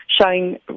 showing